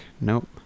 Nope